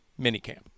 minicamp